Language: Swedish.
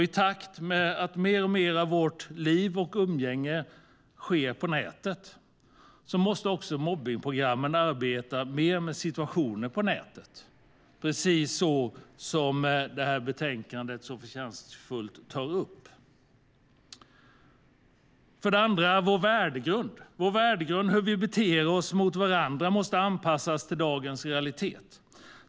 I takt med att mer och mer av vårt liv och umgänge sker på nätet måste också mobbningsprogrammen arbeta mer med situationer på nätet, precis som så förtjänstfullt tas upp i det här betänkandet. Vår värdegrund för hur vi beter oss mot varandra måste anpassas till dagens realitet.